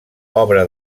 obra